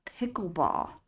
pickleball